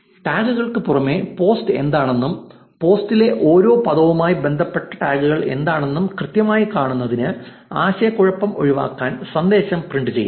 ടാഗുകൾക്ക് പുറമേ പോസ്റ്റ് എന്താണെന്നും പോസ്റ്റിലെ ഓരോ പദവുമായി ബന്ധപ്പെട്ട ടാഗുകൾ എന്താണെന്നും കൃത്യമായി കാണുന്നതിന് ആശയക്കുഴപ്പം ഒഴിവാക്കാൻ സന്ദേശം പ്രിന്റ് ചെയ്യാം